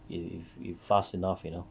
if it's fast enough you know